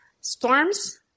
storms